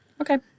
Okay